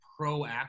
proactive